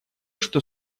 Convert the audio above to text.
что